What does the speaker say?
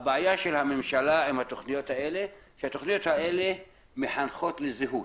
הבעיה של הממשלה עם התכניות האלה שהתכניות האלה מחנכות לזהות.